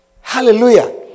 Hallelujah